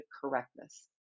correctness